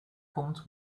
komt